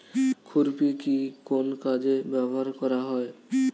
খুরপি কি কোন কাজে ব্যবহার করা হয়?